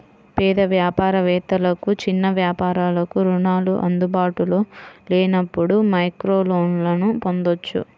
పేద వ్యాపార వేత్తలకు, చిన్న వ్యాపారాలకు రుణాలు అందుబాటులో లేనప్పుడు మైక్రోలోన్లను పొందొచ్చు